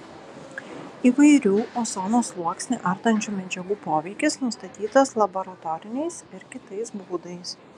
įvairių ozono sluoksnį ardančių medžiagų poveikis nustatytas laboratoriniais ir kitais būdais